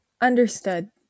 Understood